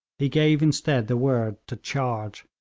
he gave instead the word to charge.